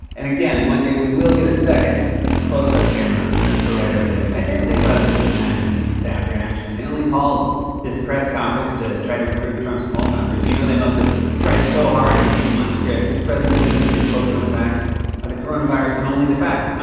and again, one day we will get a second close-up camera for right over there. my favorite thing about this is imagining the staff reaction. they only called this press conference to try to improve trump's poll numbers. you know they must have tried so hard to keep him on script. mr. president, we just need you to focus on the facts of the coronavirus and only the facts.